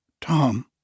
Tom